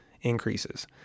increases